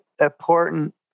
important